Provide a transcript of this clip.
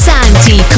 Santi